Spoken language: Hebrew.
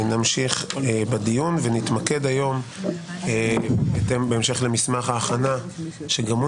נמשיך בדיון ונתמקד היום בהתאם למסמך ההכנה שגם הוא